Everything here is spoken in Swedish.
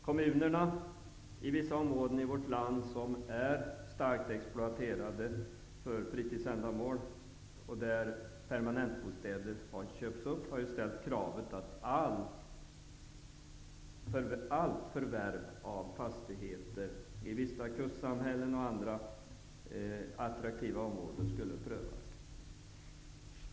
Kommunerna i vissa områden, som är starkt exploaterade för fritidsändamål och där permanenta bostäder har köpts upp, har ställt kravet att allt förvärv av fastigheter i vissa kustsamhällen och andra attraktiva områden skall prövas.